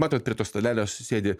matot prie to stalelio sėdi